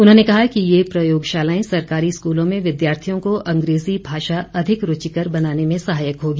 उन्होंने कहा कि ये प्रयोगशालाएं सरकारी स्कूलों में विद्यार्थियों को अंग्रेजी भाषा अधिक रूचिकर बनाने में सहायक होंगी